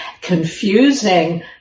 confusing